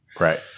Right